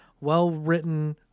well-written